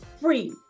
free